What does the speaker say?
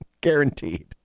guaranteed